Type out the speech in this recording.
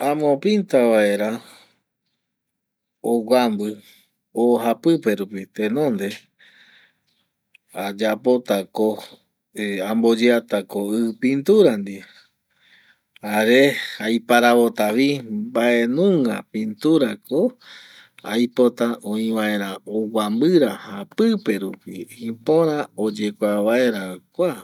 Amo pinta vaera oguambɨ o japɨpe rupi tenonde ayapota ko amboyeata ko ɨ pintura ndie jare aiparavota vi mbaenunga pintura ko aipota oi vaera oguambɨ ra japɨpe rupi ipora oyekua vaera kua